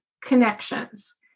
connections